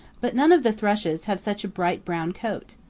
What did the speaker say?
but none of the thrushes have such a bright brown coat.